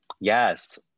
Yes